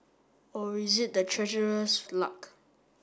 or is it the Treasurer's luck